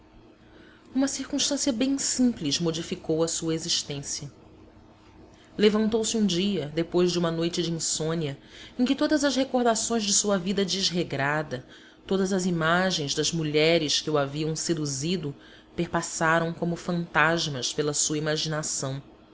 uma circunstância bem simples modificou a sua existência levantou-se um dia depois de uma noite de insônia em que todas as recordações de sua vida desregrada todas as imagens das mulheres que o haviam seduzido perpassaram como fantasmas pela sua imaginação